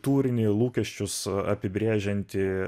turinį lūkesčius apibrėžiantį